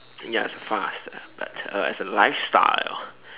ya it's a fast but uh as a lifestyle